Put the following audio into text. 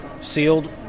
sealed